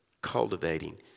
cultivating